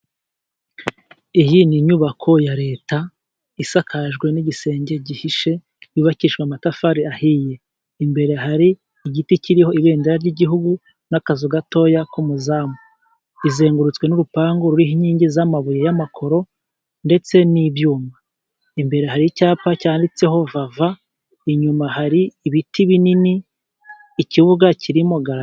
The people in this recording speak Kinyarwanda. Iyi ni inyubako ya Reta isakajwe n'igisenge gihishe, yubakishwa amatafari ahiye. Imbere hari igiti kiriho ibendera ry'igihugu n'akazu gatoya k'umuzamu. Izengurutswe n'urupangu ruriho inkingi z'amabuye y'amakoro ndetse n'ibyuma. Imbere hari icyapa cyanditseho Vava, inyuma hari ibiti binini ikibuga kirimo ga.....